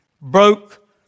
broke